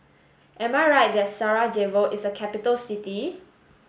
am I right that Sarajevo is a capital city